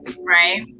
right